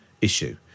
issue